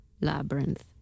Labyrinth